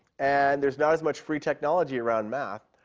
and there's not as much free technology around math.